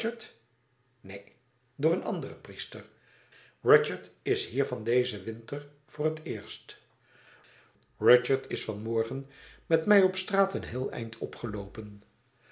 neen door een anderen priester rudyard is hier van dezen winter voor het eerst rudyard is van morgen met mij op straat een heel eind opgeloopen